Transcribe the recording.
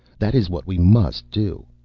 that is what we must do.